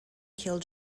killed